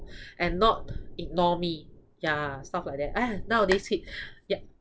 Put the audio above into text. and not ignore me yeah stuff like that !aiya! nowadays kid yup